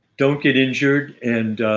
don't get injured and